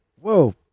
Whoa